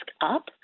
up